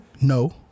No